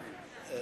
השר,